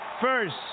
first